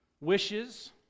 wishes